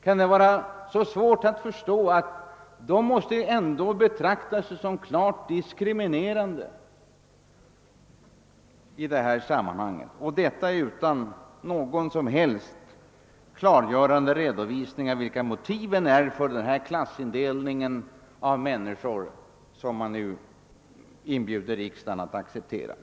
Kan det vara så svårt att förstå att dessa organisationer betraktar sig som klart diskriminerade i detta sammanhang, där det dessutom inte lämnats någon som helst klargörande redovisning av vilka motiv man har för den klassindelning som man inbjuder riksdagen att acceptera?